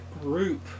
group